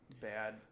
bad